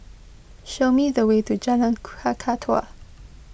show me the way to Jalan Kakatua